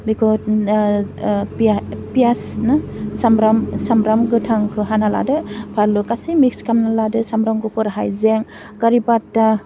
बेखौ फियासनो सामब्राम सामब्राम गोथांखौ हाना लादो फानलु गासै मिक्स खालामना लादो सामब्राम गुफुर हाइजें खारि फाट्टा